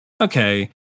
okay